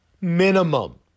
minimum